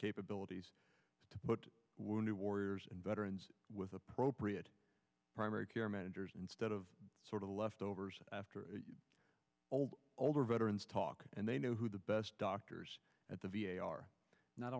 capabilities but wounded warriors and veterans with appropriate primary care managers instead of sort of left overs after all the older veterans talk and they know who the best doctors at the v a are not